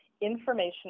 information